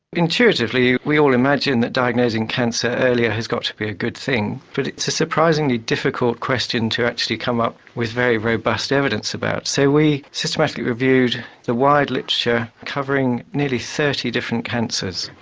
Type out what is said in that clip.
intuitively we all imagine that diagnosing cancer earlier has got to be a good thing, but it's a surprisingly difficult question to actually come up with very robust evidence about. so we systematically reviewed the wide literature covering nearly thirty different cancers.